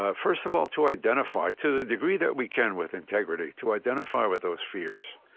ah first of all, to identify to the degree that we can with integrity, to identify with those fears.